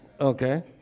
Okay